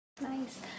Nice